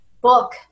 book